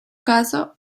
caso